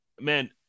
man